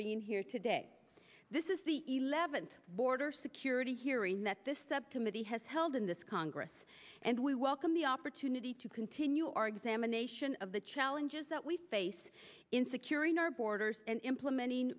being here today this is the eleventh border security hearing that this septimus he has held in this congress and we welcome the opportunity to continue our examination of the challenges that we face in securing our borders and implementing